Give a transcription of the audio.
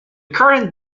current